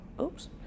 oops